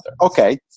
Okay